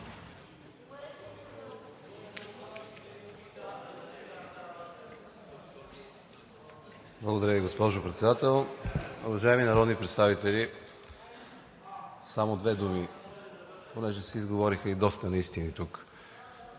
Благодаря Ви, госпожо Председател. Уважаеми народни представители, само две думи, понеже се изговориха и доста неистини тук.